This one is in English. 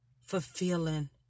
fulfilling